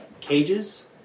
cages